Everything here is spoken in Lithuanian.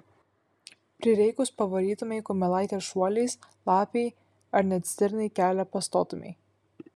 prireikus pavarytumei kumelaitę šuoliais lapei ar net stirnai kelią pastotumei